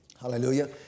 Hallelujah